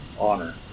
honor